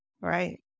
right